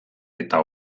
eta